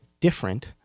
different